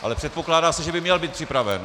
Ale předpokládá se, že by měl být připraven!